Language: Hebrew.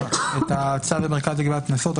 צו המרכז לגביית קנסות,